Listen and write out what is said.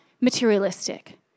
materialistic